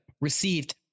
received